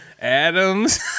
Adams